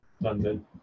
London